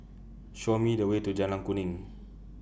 Show Me The Way to Jalan Kuning